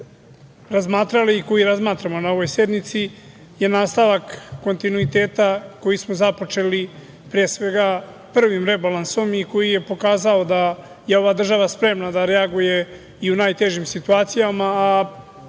razmatrali i koji razmatramo na ovoj sednici je nastavak kontinuiteta koji smo započeli, pre svega, prvim rebalansom i koji je pokazao da je ova država spremna da reaguje i u najtežim situacijama,